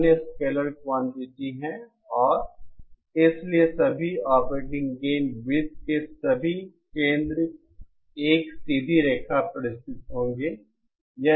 अन्य scalar quantity हैं और इसलिए सभी ऑपरेटिंग गेन वृत्त के सभी केंद्र एक सीधी रेखा पर स्थित होंगे